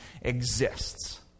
exists